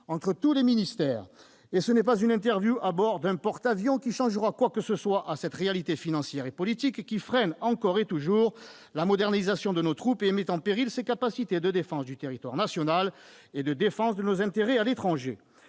entre tous les ministères. Et ce n'est pas une interview à bord d'un porte-avions qui changera quoi que ce soit à cette réalité financière et politique, qui freine encore et toujours la modernisation de nos troupes et met en péril ses capacités de défense du territoire national et de défense de nos intérêts à l'étranger.